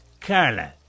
Carla